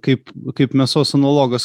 kaip kaip mėsos analogas